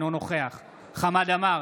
אינו נוכח חמד עמאר,